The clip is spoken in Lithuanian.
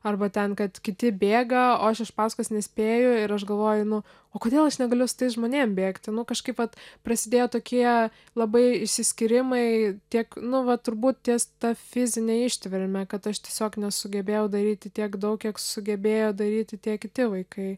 arba ten kad kiti bėga o aš iš pasakos nespėju ir aš galvoju nu o kodėl aš negaliu su tais žmonėm bėgti nu kažkaip vat prasidėjo tokie labai išsiskyrimai tiek nu va turbūt ties ta fizine ištverme kad aš tiesiog nesugebėjau daryti tiek daug kiek sugebėjo daryti tie kiti vaikai